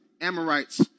Amorites